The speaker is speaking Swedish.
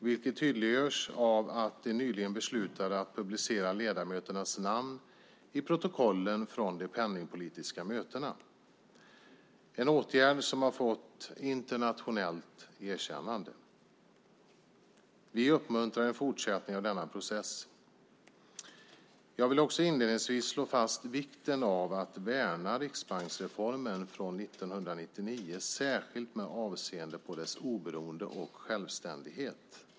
Det tydliggörs av att den nyligen beslutade att publicera ledamöternas namn i protokollen från de penningpolitiska mötena. Det är en åtgärd som har fått internationellt erkännande. Vi uppmuntrar en fortsättning av denna process. Jag vill också inledningsvis slå fast vikten av att värna riksbanksreformen från år 1999 särskilt med avseende på Riksbankens oberoende och självständighet.